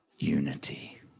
Unity